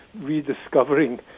rediscovering